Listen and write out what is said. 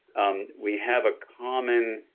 um we have a common,